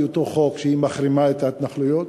אותו חוק שהיא מחרימה את ההתנחלויות?